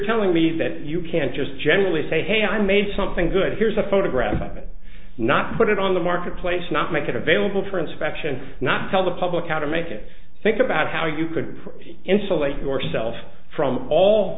telling me that you can't just generally say hey i made something good here's a photograph of it not put it on the marketplace not make it available for inspection not tell the public out or make it think about how you could insulate yourself from all